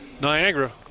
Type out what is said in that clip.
Niagara